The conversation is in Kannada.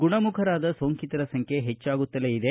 ಗುಣಮುಖರಾದ ಸೋಂಕಿತರ ಸಂಖ್ಯೆ ಹೆಚ್ಚಾಗುತ್ತಲೇ ಇದೆ